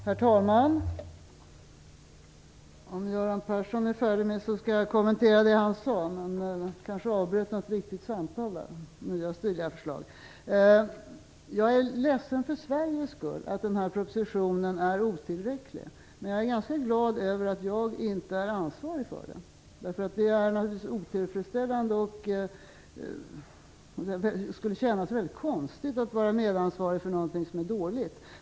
Herr talman! Om Göran Persson vill lyssna skall jag kommentera det som han sade. Men jag kanske då avbryter ett viktigt samtal, det som han just nu för, om nya, stiliga förslag. Jag är för Sveriges skull ledsen över att propositionen är otillräcklig, men jag är ganska glad över att jag inte är ansvarig för den. Den är otillfredsställande, och det skulle kännas konstigt att vara medansvarig för någonting som är dåligt.